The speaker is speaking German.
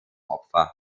opfer